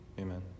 Amen